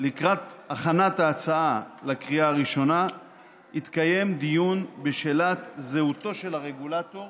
לקראת הכנת ההצעה לקריאה הראשונה יתקיים דיון בשאלת זהותו של הרגולטור